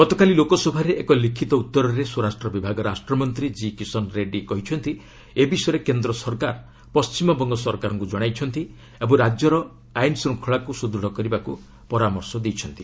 ଗତକାଲି ଲୋକସଭାରେ ଏକ ଲିଖିତ ଉତ୍ତରରେ ସ୍ୱରାଷ୍ଟ୍ର ବିଭାଗ ରାଷ୍ଟ୍ରମନ୍ତ୍ରୀ କି କିଷନ୍ ରେଡ୍ଜି କହିଛନ୍ତି ଏ ବିଷୟରେ କେନ୍ଦ୍ର ସରକାର ପଣ୍ଟିମବଙ୍ଗ ସରକାରଙ୍କୁ ଜଣାଇଛନ୍ତି ଓ ରାଜ୍ୟରେ ଆଇନ ଶ୍ଚଙ୍ଖଳାକୁ ସୁଦୃଢ଼ କରିବାକୁ ପରାମର୍ଶ ଦେଇଛନ୍ତି